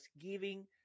giving